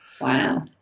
Wow